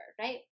right